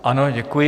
Ano, děkuji.